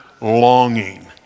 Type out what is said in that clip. longing